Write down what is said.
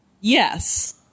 yes